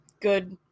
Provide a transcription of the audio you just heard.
good